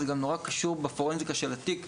זה גם נורא קשור בפורנזיקה של התיק,